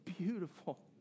beautiful